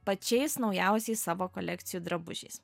pačiais naujausiais savo kolekcijų drabužiais